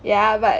yeah but